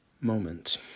moment